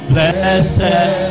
Blessed